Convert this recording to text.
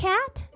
Cat